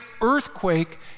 earthquake